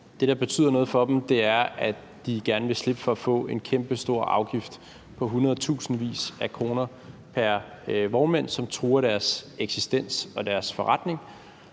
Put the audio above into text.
Det, der betyder noget for dem, er, at de gerne vil slippe for at få en kæmpestor afgift på hundredtusindvis af kroner pr. vognmand, som truer deres eksistens og deres forretning